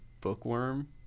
bookworm